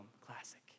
classic